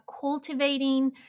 cultivating